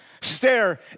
Stare